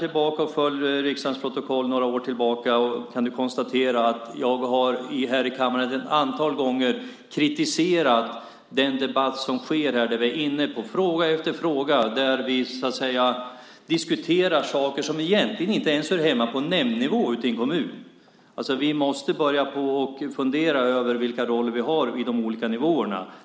Titta gärna i riksdagens protokoll några år tillbaka och du kan konstatera att jag i den här kammaren ett antal gånger kritiserat den debatt som förts här. På fråga efter fråga visar det sig att man diskuterat saker som egentligen inte ens hör hemma på nämndnivå i en kommun. Vi måste börja fundera över vilka roller vi har på de olika nivåerna.